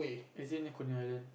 is it near Coney-Island